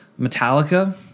Metallica